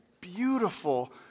beautiful